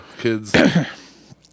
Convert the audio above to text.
kids